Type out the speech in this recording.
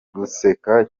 guseka